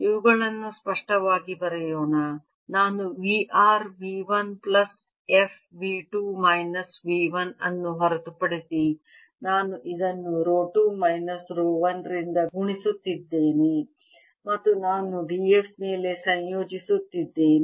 ಇವುಗಳನ್ನು ಸ್ಪಷ್ಟವಾಗಿ ಬರೆಯೋಣ ನಾನು V r V 1 plus f V 2 minus V 1 ಅನ್ನು ಹೊರತುಪಡಿಸಿ ನಾನು ಇದನ್ನು ರೋ 2 ಮೈನಸ್ ರೋ 1 ರಿಂದ ಗುಣಿಸುತ್ತಿದ್ದೇನೆ ಮತ್ತು ನಾನು d f ಮೇಲೆ ಸಂಯೋಜಿಸುತ್ತಿದ್ದೇನೆ